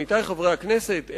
עמיתי חברי הכנסת,